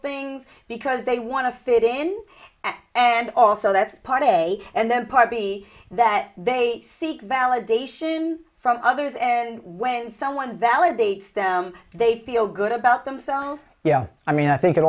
things because they want to fit in and also that's part a and then part b that they seek validation from others and when someone validates them they feel good about themselves yeah i mean i think it